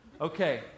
Okay